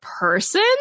person